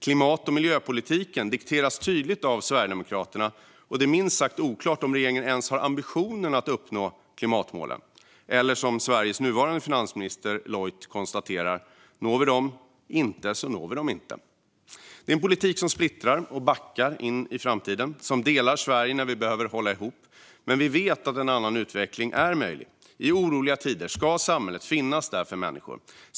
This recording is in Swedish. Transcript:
Klimat och miljöpolitiken dikteras tydligt av Sverigedemokraterna, och det är minst sagt oklart om regeringen ens har ambitionen att uppnå till klimatmålen - eller som Sveriges nuvarande finansminister lojt konstaterar: Når vi dem inte så når vi dem inte. Det är en politik som splittrar och backar in i framtiden och som delar Sverige när vi behöver hålla ihop. Men vi vet att en annan utveckling är möjlig. I oroliga tider ska samhället finnas där för människor.